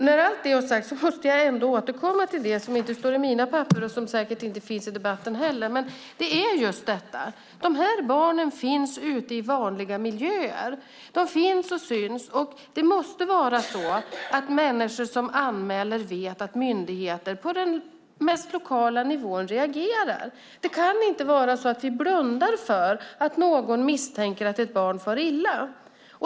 När allt detta är sagt måste jag återkomma till - det står inte i mina papper och nämns säkert finns i debatten heller - att de här barnen finns ute i vanliga miljöer. Det finns och syns, och det måste vara så att människor som anmäler vet att myndigheter på den mest lokala nivån reagerar. Det kan inte vara så att vi blundar för att någon misstänker att ett barn far illa.